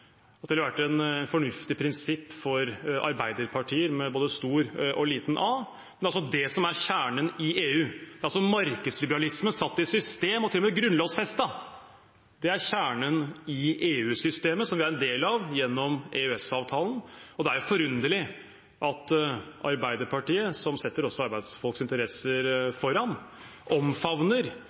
andre hensyn ville vært et fornuftig prinsipp for arbeiderpartier – med både stor og liten a. Det er det som er kjernen i EU. Det er markedsliberalisme satt i system og til og med grunnlovfestet. Det er kjernen i EU-systemet som vi er en del av gjennom EØS-avtalen. Det er forunderlig at Arbeiderpartiet, som setter arbeidsfolks interesser foran, omfavner